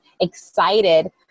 excited